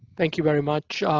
thank you very much. ah